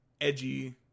edgy